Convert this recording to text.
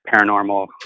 paranormal